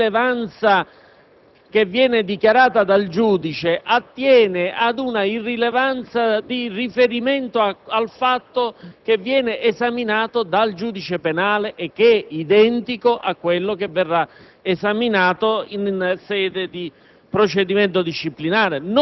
Ecco perché l'irrilevanza che viene dichiarata dal giudice attiene ad una irrilevanza di riferimento al fatto che viene esaminato dal giudice penale e che è identico a quello che verrà esaminato in sede di